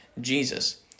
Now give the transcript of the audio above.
Jesus